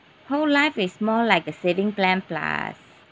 whole life is more like a saving plan plus